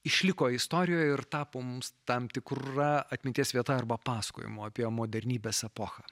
išliko istorijoj ir tapo mums tam tikra atminties vieta arba pasakojimu apie modernybės epochą